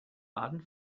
baden